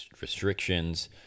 restrictions